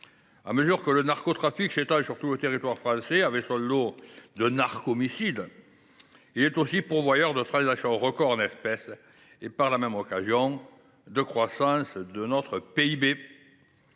À mesure que le narcotrafic s’étend sur tout le territoire français, avec son lot de « narchomicides », il est aussi pourvoyeur de transactions records en espèces et, par la même occasion, de croissance de notre PIB.